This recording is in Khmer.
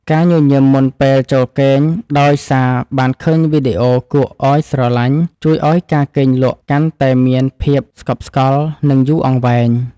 ការញញឹមមុនពេលចូលគេងដោយសារបានឃើញវីដេអូគួរឱ្យស្រឡាញ់ជួយឱ្យការគេងលក់កាន់តែមានភាពស្កប់ស្កល់និងយូរអង្វែង។